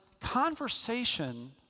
conversation